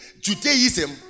Judaism